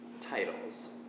titles